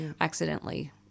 accidentally